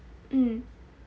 mm